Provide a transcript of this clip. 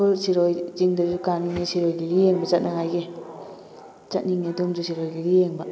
ꯑꯩꯈꯣꯏ ꯁꯤꯔꯣꯏ ꯆꯤꯡꯗꯁꯨ ꯀꯅꯤꯡꯉꯦ ꯁꯤꯔꯣꯏ ꯂꯤꯂꯤ ꯌꯦꯡꯕ ꯆꯠꯅꯉꯥꯏꯒꯤ ꯆꯠꯅꯤꯡꯉꯦ ꯑꯗꯣꯝꯁꯨ ꯁꯤꯔꯣꯏ ꯂꯤꯂꯤ ꯌꯦꯡꯕ